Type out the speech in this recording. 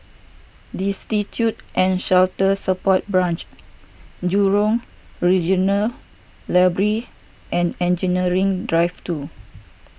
Destitute and Shelter Support Branch Jurong Regional Library and Engineering Drive two